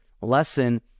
lesson